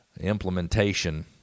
implementation